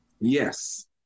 Yes